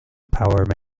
power